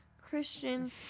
christian